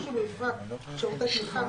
מחשוב ובפרט שירותי תמיכה,